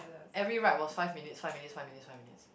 every ride was five minutes five minutes five minutes five minutes